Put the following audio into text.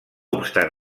obstant